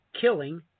killing